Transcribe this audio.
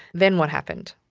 then what happened?